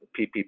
PPP